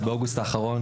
באוגוסט האחרון,